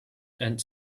and